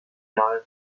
jahre